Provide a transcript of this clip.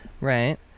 right